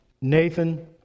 Nathan